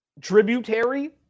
tributary